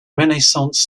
renaissance